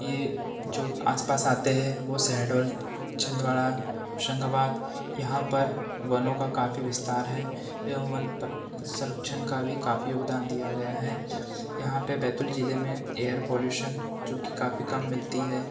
ये जो आस पास आते हैं वो शहडोल छिंदवाड़ा होशंगाबाद यहाँ पर वनों का काफी विस्तार है एवं वन प संरक्षण का भी काफी योगदान दिया गया है यहाँ पर बैतूल जिले में एयर पॉल्यूशन जो कि काफी कम मिलती है